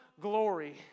glory